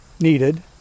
needed